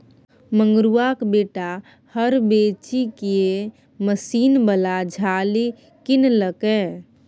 मंगरुआक बेटा हर बेचिकए मशीन बला झालि किनलकै